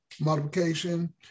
multiplication